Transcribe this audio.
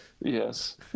Yes